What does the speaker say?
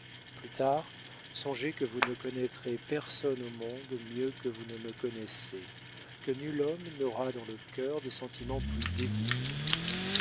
plus tard songez que vous ne connaîtrez personne au monde mieux que vous ne me connaissez que nul homme n'aura dans le cœur des sentiments plus dévoués